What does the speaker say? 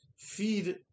feed